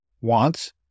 Wants